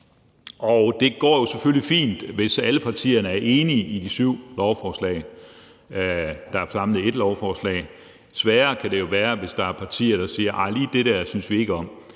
Det går selvfølgelig fint, hvis alle partierne er enige i de syv lovforslag, der er samlet i ét lovforslag. Sværere kan det jo være, hvis der er partier, der siger, at lige det der synes de ikke om.